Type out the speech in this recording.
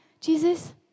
Jesus